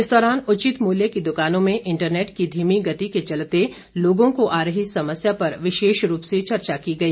इस दौरान उचित मूल्य की दुकानों में इंटरनेट की धीमी गति के चलते लोगों को आ रही समस्या पर विशेष रूप से चर्चा की गई